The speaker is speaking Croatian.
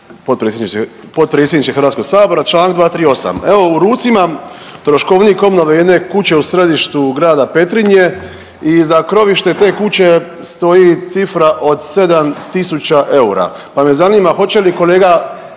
potpredsjedniče Hrvatskog sabora, Članak 238., evo u ruci imam troškovnik obnove jedne kuće u središtu Grada Petrinje i za krovište te kuće stoji cifra od 7 tisuća eura, pa me zanima hoće li kolega